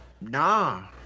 nah